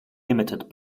limited